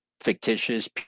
fictitious